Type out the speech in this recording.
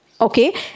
okay